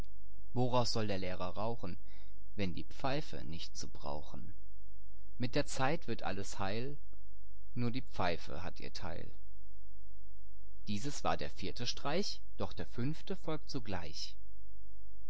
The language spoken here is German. woraus soll der lehrer rauchen wenn die pfeife nicht zu brauchen illustration die pfeife hat ihr teil mit der zeit wird alles heil nur die pfeife hat ihr teil dieses war der vierte streich doch der fünfte folgt sogleich